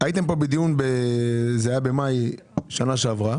פה בדיון במאי של השנה שעברה.